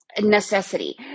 necessity